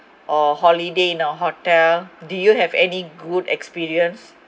or holiday you know hotel do you have any good experience